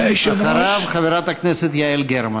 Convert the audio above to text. אחריו, חברת הכנסת יעל גרמן.